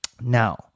Now